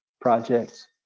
projects